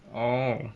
orh